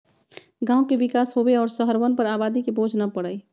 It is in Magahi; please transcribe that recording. गांव के विकास होवे और शहरवन पर आबादी के बोझ न पड़ई